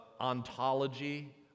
ontology